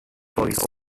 voice